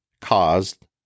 caused